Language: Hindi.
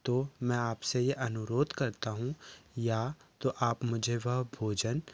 तो मैं आपसे ये अनुरोध करता हूँ या तो आप मुझे वह भोजन